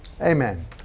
Amen